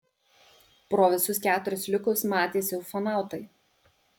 pro visus keturis liukus matėsi ufonautai